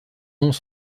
noms